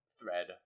thread